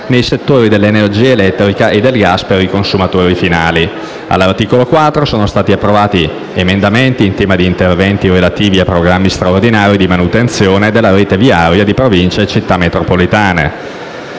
nei settori dell'energia elettrica e del gas per i consumatori finali. All'articolo 4 sono stati approvati emendamenti in tema di interventi relativi a programmi straordinari di manutenzione della rete viaria di Province e Città metropolitane.